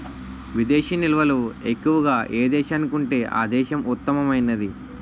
విదేశీ నిల్వలు ఎక్కువగా ఏ దేశానికి ఉంటే ఆ దేశం ఉత్తమమైనది